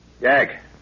Jack